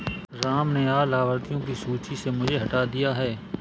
राम ने आज लाभार्थियों की सूची से मुझे हटा दिया है